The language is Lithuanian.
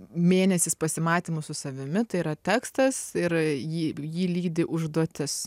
mėnesis pasimatymų su savimi tai yra tekstas ir jį jį lydi užduotis